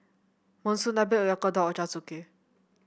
Monsunabe Oyakodon Ochazuke